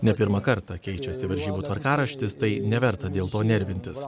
ne pirmą kartą keičiasi varžybų tvarkaraštis tai neverta dėl to nervintis